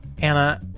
Anna